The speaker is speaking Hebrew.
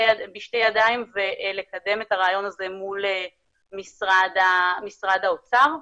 ידיים ולקדם את הרעיון הזה מול משרד האוצר.